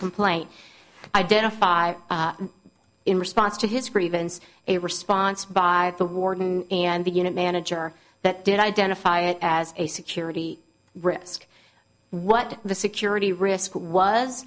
complaint identified in response to his grievance a response by the warden and the unit manager that did identify it as a security risk what the security risk was